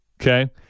Okay